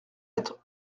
être